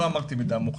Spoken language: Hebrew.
לא אמרתי מידע מוחלט.